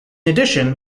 addition